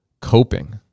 coping